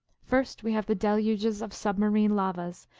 first we have the deluges of submarine lavas,